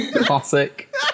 Classic